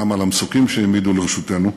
וגם על המסוקים שהם העמידו לרשותנו,